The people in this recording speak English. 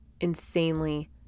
insanely